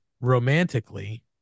romantically